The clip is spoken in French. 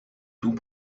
tout